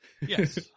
Yes